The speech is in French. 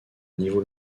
niveau